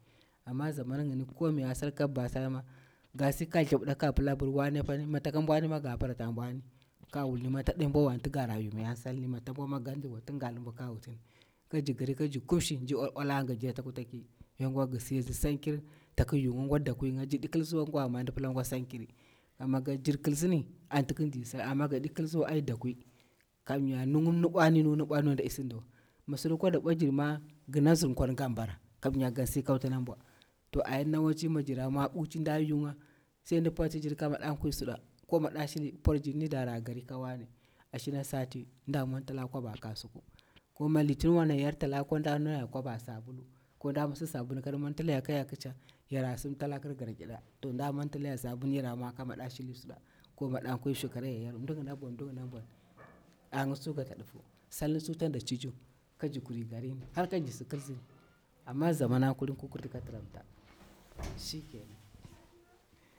Ama zaman yini ko miya sal ka buba sal ma ga si ka thebda kag pila abir wane pan mi taka mwonima ga bara ta mbwani ka wulni mi tade mbwowa anti gara yu miya salni mi tsam mbwoma gandirwa tinga lumbwa ka wutini kaji garikajir kumshi mji ol ola anga jir ata kutaki wai ngwa gise si sankiri tak wungi gwa dakwinga ji di kil siwa gwa ama ndi pila ngwa salkir ama ga gir kilsini anti kinzi sal ama gadi kilsiwa ai dakwiy kamya nungum nu bwani nungum nubwaniwa ndadi sindiwa mi su lukwa da bwajirma gina bzirn kwan gin bara kamya gansi ka wutini nbwa to ayar na waci mijira mwo bukci nda yunga sai ndi portinjir ka mada kwi suda ko mada shili porjirni dara gari ka wane ashina sati da montala kwaba kasuku kuma litinwan yar kalakuwan nda nalayar kwaba kasuku ko nda masi sabulun kandi mwontalaya kaya kica yara simta lakur garkida to nda mwontalaya sabulun yara mwo ka mada shili suda ko mada nkwi mshikirayayau mdi yini bwan mdi yini bwan angi tsu gata dufu salni tsu tanda cucu kaji kuri garini harkajisi kilsi ama zamana kulin ki kurta ka tiramta shikenan.